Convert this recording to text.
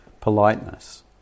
politeness